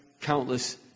countless